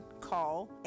call